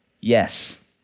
Yes